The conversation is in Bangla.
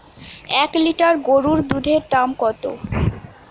এক লিটার গোরুর দুধের দাম কত?